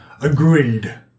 Agreed